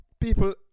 people